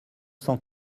cent